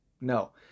No